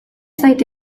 zait